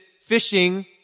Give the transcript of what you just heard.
fishing